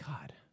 God